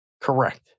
Correct